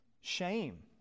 Shame